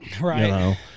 Right